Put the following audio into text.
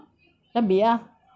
dabbe ah